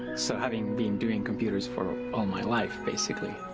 so having been doing computers for all my life basically.